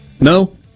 No